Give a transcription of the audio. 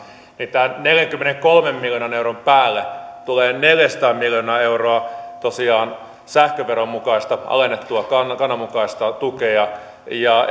niin tämän neljänkymmenenkolmen miljoonan euron päälle tulee tosiaan neljäsataa miljoonaa euroa sähköveron mukaista alennettua kannan mukaista tukea ja